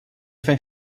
think